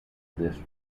this